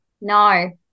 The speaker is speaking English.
no